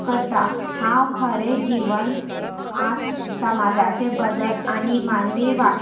करता हांव खरें जिवन आंत समाजाचें बदल आनी मानवी वा